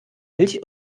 milch